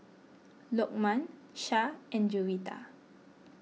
Lokman Shah and Juwita